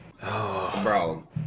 Bro